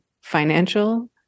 financial